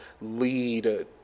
lead